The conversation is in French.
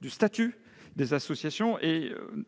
du statut des associations.